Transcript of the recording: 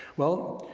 well,